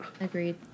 Agreed